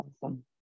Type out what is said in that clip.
awesome